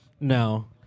No